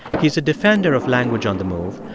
he's a defender of language on the move,